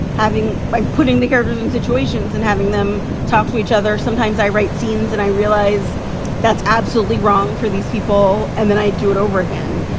having by putting the characters in situations and having them talk to each other, sometimes i write scenes and i realize that's absolutely wrong for these people. and then i do it over again.